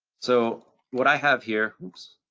so what i have here, oops,